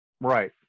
Right